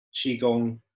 Qigong